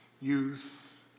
youth